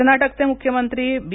कर्नाटकचे मुख्यमंत्री बी